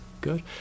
Good